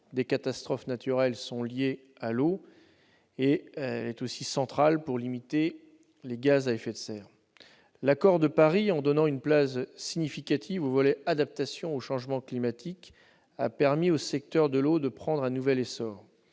des catastrophes naturelles lui sont liées. Enfin, elle est centrale pour limiter l'émission de gaz à effet de serre. L'accord de Paris, en donnant une place significative au volet « adaptation au changement climatique », a permis au secteur de l'eau de prendre un nouvel essor.